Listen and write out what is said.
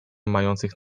mających